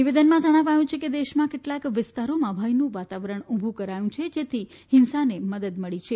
નિવેદનમાં જણાવ્યું છે કે દેશમાં કેટલાક વિસ્તારોમાં ભયનું વાતાવરણ ઉભું કરાયું છે જેથી હિંસાને મદદ મળી છે